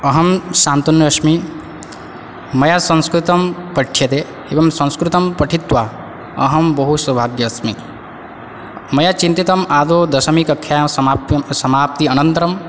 अहं शान्तन् अस्मि मया संस्कृतं पठ्यते एवं संस्कृतं पठित्वा अहं बहु सौभाग्यः अस्मि मया चिन्तितम् आदौ दशमकक्षायां समाप्यं समाप्ति अनन्तरं